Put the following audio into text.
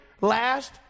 last